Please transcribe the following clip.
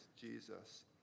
Jesus